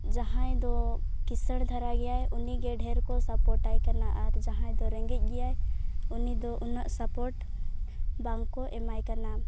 ᱡᱟᱦᱟᱸᱭ ᱫᱚ ᱠᱤᱸᱥᱟᱹᱲ ᱫᱷᱟᱨᱟ ᱜᱮᱭᱟᱭ ᱩᱱᱤᱜᱮ ᱰᱷᱮᱨ ᱠᱚ ᱥᱟᱯᱚᱴᱟᱭ ᱠᱟᱱᱟ ᱟᱨ ᱡᱟᱦᱟᱸᱭ ᱫᱚ ᱨᱮᱸᱜᱮᱡ ᱜᱮᱭᱟᱭ ᱩᱱᱤ ᱫᱚ ᱩᱱᱟᱹᱜ ᱥᱟᱯᱚᱴ ᱵᱟᱝᱠᱚ ᱮᱢᱟᱭ ᱠᱟᱱᱟ